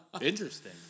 Interesting